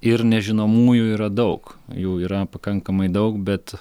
ir nežinomųjų yra daug jų yra pakankamai daug bet